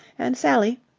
and sally,